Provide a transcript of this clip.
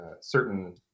certain